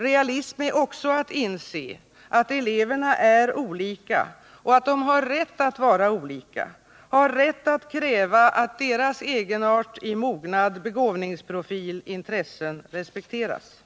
Realism är också att inse att eleverna är olika och att de har rätt att vara olika, har rätt att kräva att deras egenart i mognad, begåvningsprofil och intressen respekteras.